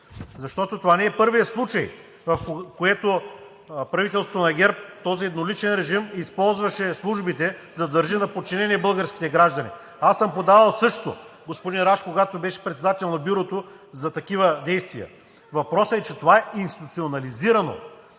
да са. Това не е първият случай, в който правителство на ГЕРБ, този едноличен режим, използваше службите, за да държи на подчинение българските граждани. Аз съм подавал също, когато господин Рашков беше председател на Бюрото, за такива действия. Въпросът е, че това е институционализирано.